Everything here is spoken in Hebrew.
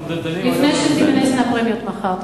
לפני שזה ייכנס לפרמיות מחר.